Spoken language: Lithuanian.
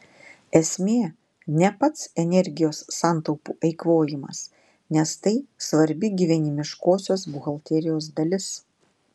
esmė ne pats energijos santaupų eikvojimas nes tai svarbi gyvenimiškosios buhalterijos dalis